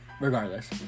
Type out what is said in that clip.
regardless